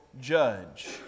judge